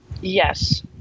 Yes